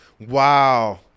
Wow